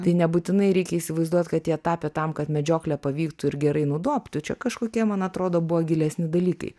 tai nebūtinai reikia įsivaizduot kad jie tapė tam kad medžioklė pavyktų ir gerai nudobtų čia kažkokie man atrodo buvo gilesni dalykai